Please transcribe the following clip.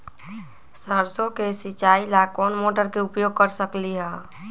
सरसों के सिचाई ला कोंन मोटर के उपयोग कर सकली ह?